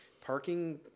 parking